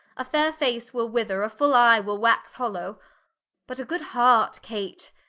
a faire face will wither, a full eye will wax hollow but a good heart, kate,